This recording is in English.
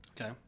Okay